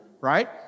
right